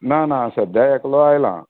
ना ना सद्या एकलो आयला